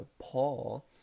Paul